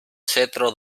cetro